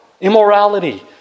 Immorality